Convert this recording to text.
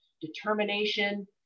determination